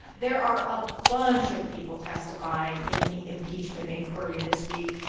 there are a bunch of people testifying in the impeachment inquiry this week.